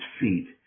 feet